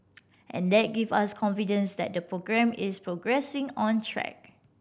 and that give us confidence that the programme is progressing on track